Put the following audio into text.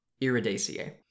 iridaceae